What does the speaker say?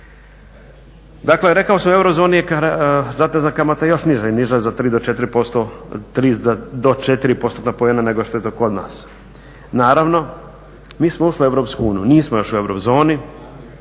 Dakle rekao sam u eurozoni je zatezna kamata još niža, niža za 3 do 4 postotna poena nego što je to kod nas. Naravno mi smo ušli u EU, nismo još u eurozoni,